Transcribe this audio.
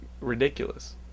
ridiculous